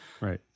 Right